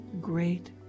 Great